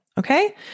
Okay